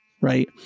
Right